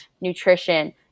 nutrition